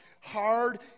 hard